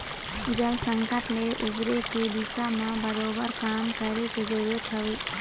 जल संकट ले उबरे के दिशा म बरोबर काम करे के जरुरत हवय